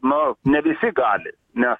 na ne visi gali nes